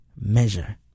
measure